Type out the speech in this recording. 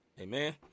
Amen